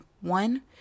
one